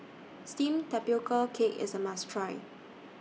Steamed Tapioca Cake IS A must Try